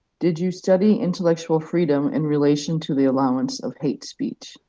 did you study intellectual freedom in relation to the allowance of hate speech?